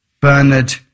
Bernard